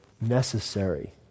Necessary